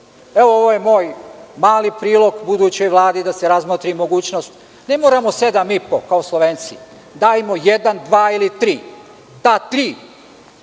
Evo, ovo je moj mali prilog budućoj Vladi da se razmotri mogućnost. Ne moramo 7,5 kao Slovenci, dajmo jedan, dva ili tri, pa tri